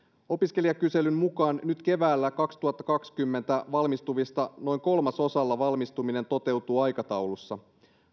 opiskelijakyselyn mukaan nyt keväällä kaksituhattakaksikymmentä valmistuvista noin kolmasosalla valmistuminen toteutuu aikataulussa